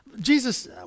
Jesus